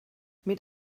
mit